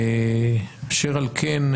ואשר על כן,